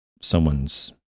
someone's